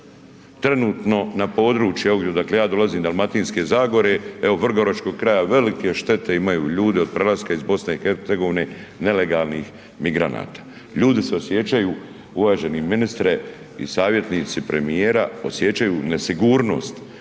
Trenutno na području evo odakle ja dolazim Dalmatinske zagore, evo Vrgoračkog kraja velike štete imaju ljudi od prelaska iz BiH nelegalnih migranata. Ljudi se osjećaju, uvaženi ministre i savjetnici premijera, osjećaju nesigurnost.